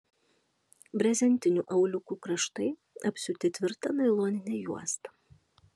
brezentinių auliukų kraštai apsiūti tvirta nailonine juosta